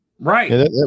right